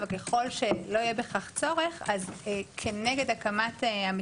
אבל ככל שלא יהיה בכך צורך כנגד המתקן